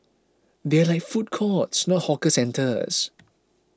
they are run like food courts not hawker centres